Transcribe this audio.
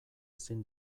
ezin